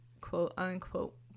quote-unquote